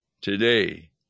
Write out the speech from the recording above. today